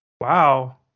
wow